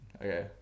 Okay